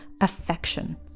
affection